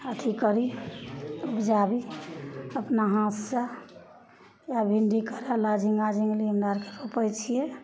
अथी करी उपजाबी अपना हाथसे इएह भिण्डी करैला झिङ्गा झिङ्गुली हमरा आओरके रोपै छिए